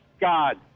God